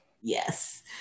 Yes